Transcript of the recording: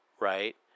right